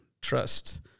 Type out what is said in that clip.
trust